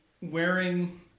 wearing